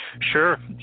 Sure